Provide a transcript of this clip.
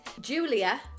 Julia